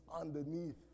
underneath